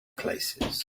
places